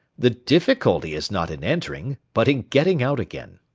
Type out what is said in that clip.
the difficulty is not in entering, but in getting out again.